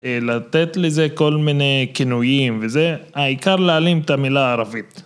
לתת לזה כל מיני כינויים וזה, העיקר להעלים את המילה הערבית.